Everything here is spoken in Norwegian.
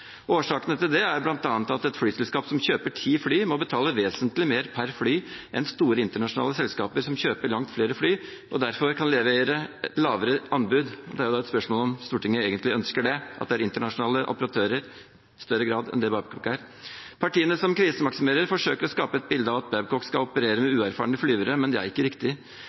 Årsakene til det er bl.a. at et flyselskap som kjøper ti fly, må betale vesentlig mer per fly enn store internasjonale selskaper som kjøper langt flere fly og derfor kan levere lavere anbud. Det er jo da et spørsmål om Stortinget egentlig ønsker det: at det er internasjonale operatører, i større grad enn det Babcock er. Partiene som krisemaksimerer, forsøker å skape et bilde av at Babcock skal operere med uerfarne flygere, men det er ikke riktig.